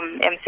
MC